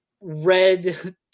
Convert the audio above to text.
red